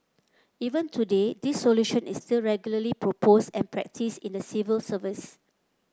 even today this solution is still regularly proposed and practised in the civil service